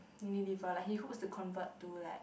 unilever like he hopes to convert to like